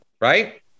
right